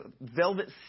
velvet